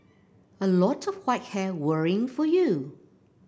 a lot of white hair worrying for you